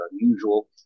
unusual